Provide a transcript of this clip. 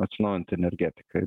atsinaujinanti energetika